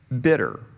bitter